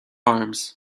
arms